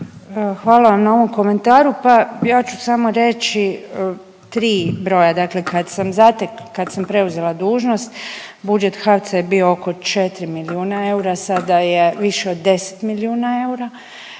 Hvala vam na ovom komentaru, pa ja ću samo reći tri broja, dakle kad sam preuzela dužnost budžet HAVC-a je bio oko 4 milijuna eura, sada je više od 10 milijuna eura,